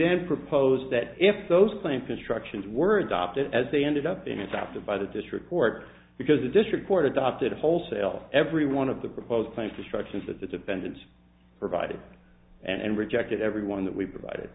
then proposed that if those claims constructions were adopted as they ended up being adopted by the district court because the district court adopted a wholesale every one of the proposed claims destructions that the defendants provided and rejected every one that we provided